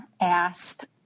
asked